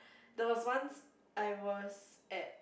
there was once I was at